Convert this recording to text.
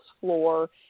floor